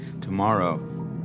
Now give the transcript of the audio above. Tomorrow